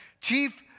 chief